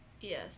Yes